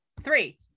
three